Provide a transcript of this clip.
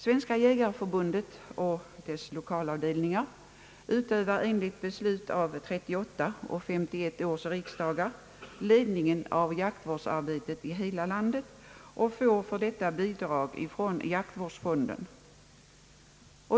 Svenska jägareförbundet och dess 1okalavdelningar utövar enligt beslut av 1938 och 1951 års riksdagar ledningen av jaktvårdsarbetet i hela landet och får för detta bidrag från jaktvårdsfonden.